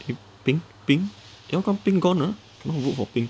pink pink pink how come pink gone ah I want to vote for pink